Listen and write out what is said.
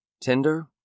Tinder